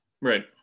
Right